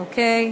אוקיי.